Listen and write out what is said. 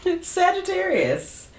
Sagittarius